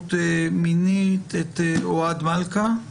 באלימות מינית, אוהד מלכה,